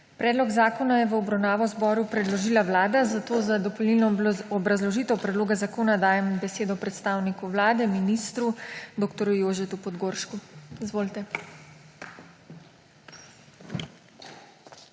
Predlog zakona je v obravnavo Državnemu zboru predložila Vlada, zato za dopolnilno obrazložitev predloga zakona dajem besedo predstavniku Vlade, ministru dr. Jožetu Podgoršku. Izvolite.